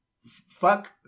fuck